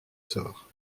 sort